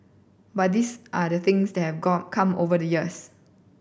but these are the things that have come over the years